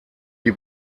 die